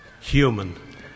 human